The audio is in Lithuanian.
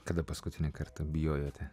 kada paskutinį kartą bijojote